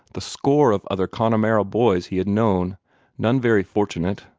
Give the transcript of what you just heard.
the score of other connemara boys he had known none very fortunate,